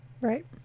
Right